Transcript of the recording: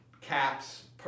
caps